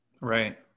Right